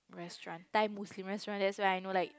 restaurant Thai Muslim restaurant that's like not like